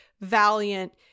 valiant